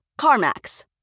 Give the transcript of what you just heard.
CarMax